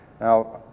Now